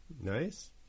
Nice